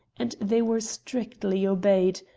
and they were strictly obeyed,